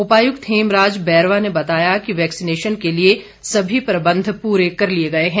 उपायुक्त हेमराज बैरवा ने बताया कि वैक्सीनेशन के लिए सभी प्रबंध पूरे कर लिए गए हैं